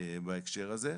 בהקשר הזה.